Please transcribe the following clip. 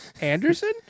Anderson